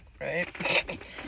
right